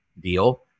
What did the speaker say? deal